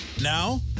Now